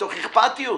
מתוך אכפתיות.